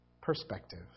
perspective